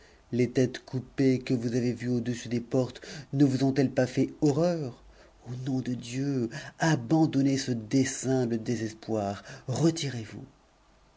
les têtes coupées que vous avez cues au-dessus des portes ne vous ont-elles pas fait horreur au nom abandonnez ce dessein de désespoir retirez-vous